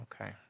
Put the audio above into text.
Okay